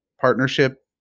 partnership